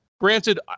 Granted